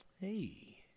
Hey